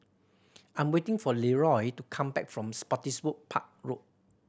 I'm waiting for Leeroy to come back from Spottiswoode Park Road